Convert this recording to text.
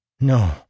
No